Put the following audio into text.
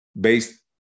based